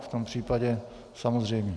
V tom případě... samozřejmě.